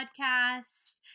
podcast